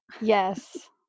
Yes